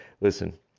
listen